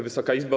Wysoka Izbo!